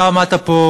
אתה עמדת פה,